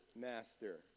master